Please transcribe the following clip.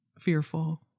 fearful